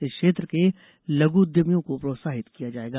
इस क्षेत्र के लघ् उद्यमियों को प्रोत्साहित किया जाएगा